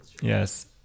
Yes